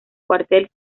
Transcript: cuartel